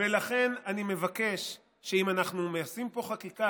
ולכן אני מבקש שאם אנחנו מחוקקים פה חקיקה,